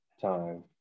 time